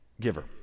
giver